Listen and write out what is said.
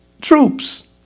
troops